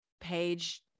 page